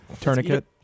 Tourniquet